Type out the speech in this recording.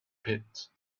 pit